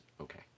okay